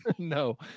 No